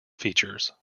features